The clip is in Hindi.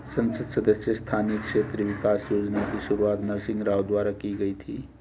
संसद सदस्य स्थानीय क्षेत्र विकास योजना की शुरुआत नरसिंह राव द्वारा की गई थी